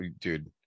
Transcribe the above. dude